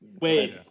wait